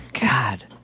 God